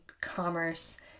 commerce